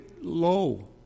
low